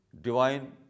divine